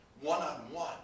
one-on-one